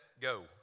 go